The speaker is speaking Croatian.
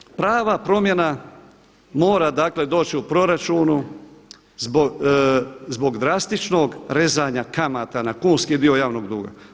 Nadalje, prava promjena mora dakle doći u proračunu zbog drastičnog rezanja kamata na kunski dio javnog duga.